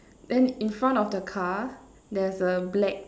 then in front of the car there's a black